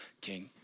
king